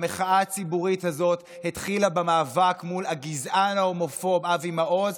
המחאה הציבורית הזאת התחילה במאבק מול הגזען ההומופוב אבי מעוז,